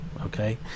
okay